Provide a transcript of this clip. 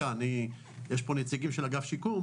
יש פה נציגים של אגף שיקום,